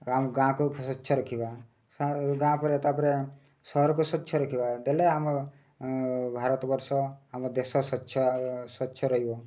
ଆମ ଗାଁକୁ ସ୍ଵଚ୍ଛ ରଖିବା ଗାଁ ପରେ ତା'ପରେ ସହରକୁ ସ୍ଵଚ୍ଛ ରଖିବା ଦେଲେ ଆମ ଭାରତବର୍ଷ ଆମ ଦେଶ ସ୍ଵଚ୍ଛ ସ୍ୱଚ୍ଛ ରହିବ